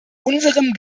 unserem